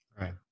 right